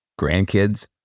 grandkids